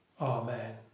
Amen